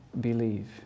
believe